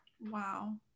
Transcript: Wow